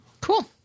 Cool